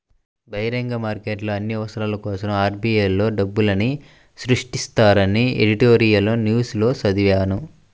బహిరంగ మార్కెట్లో అన్ని అవసరాల కోసరం ఆర్.బి.ఐ లో డబ్బుల్ని సృష్టిస్తారని ఎడిటోరియల్ న్యూస్ లో చదివాను